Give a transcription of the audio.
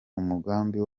umugambi